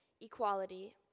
equality